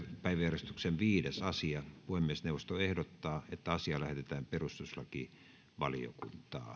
päiväjärjestyksen viides asia puhemiesneuvosto ehdottaa että asia lähetetään perustuslakivaliokuntaan